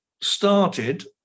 started